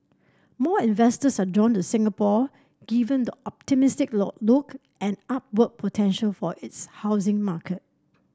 more investors are drawn to Singapore given the optimistic look and upward potential for its housing market